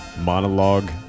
Monologue